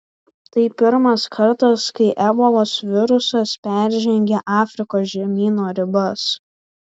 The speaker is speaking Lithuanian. tai pirmas kartas kai ebolos virusas peržengė afrikos žemyno ribas